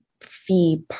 fee